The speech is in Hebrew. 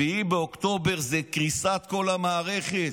7 באוקטובר זה קריסת כל המערכת,